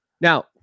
now